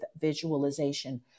visualization